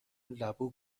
لبو